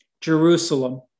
Jerusalem